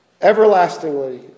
everlastingly